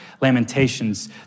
lamentations